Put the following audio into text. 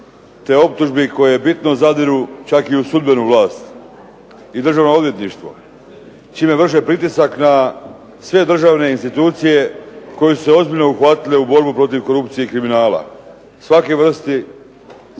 te optužbi koje bitno zadiru čak i u sudbenu vlast i državno odvjetništvo čime vrše pritisak na sve državne institucije koje su se ozbiljno uhvatile u borbu protiv korupcije i kriminala svake vrste.